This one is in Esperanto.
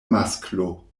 masklo